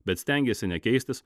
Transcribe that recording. bet stengiasi ne keistis